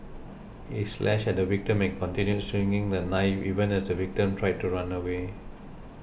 he slashed at the victim and continued swinging the knife even as the victim tried to run away